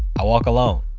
i walk alone.